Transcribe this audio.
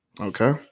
okay